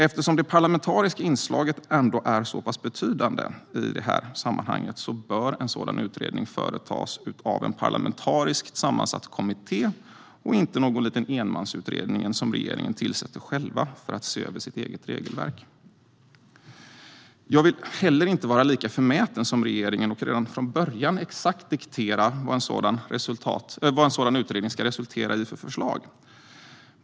Eftersom det parlamentariska inslaget ändå är så pass betydande i sammanhanget bör en sådan utredning företas av en parlamentariskt sammansatt kommitté och inte någon liten enmansutredning som regeringen tillsätter själv för att se över sitt eget regelverk. Jag vill heller inte vara lika förmäten som regeringen och redan från början exakt diktera vad en sådan utredning ska resultera i för förslag.